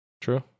True